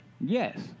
yes